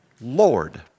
lord